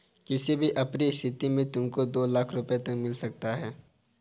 किसी भी अप्रिय स्थिति में तुमको दो लाख़ रूपया तक मिल सकता है